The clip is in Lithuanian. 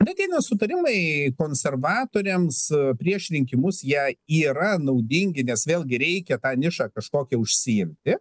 net jei nesutarimai konservatoriams prieš rinkimus jie yra naudingi nes vėlgi reikia tą nišą kažkokią užsiimti